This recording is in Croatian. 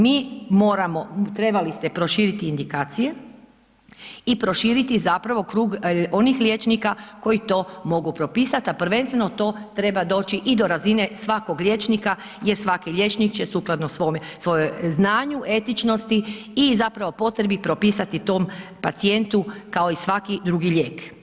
Mi moramo, trebali ste proširiti indikacije i proširiti zapravo krug onih liječnika koji to mogu propisat, a prvenstveno to treba doći i do razine svakog liječnika jer svaki liječnik će sukladno svom znanju, etičnosti i zapravo potrebi propisati tom pacijentu kao i svaki drugi lijek.